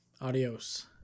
Adios